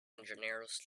engineers